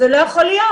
כך זה לא יכול להיות.